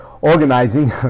organizing